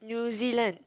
New Zealand